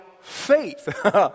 faith